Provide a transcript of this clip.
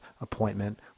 appointment